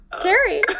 Carrie